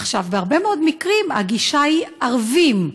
עכשיו, בהרבה מאוד מקרים הגישה היא, ערבים.